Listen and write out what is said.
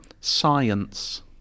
Science